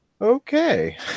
okay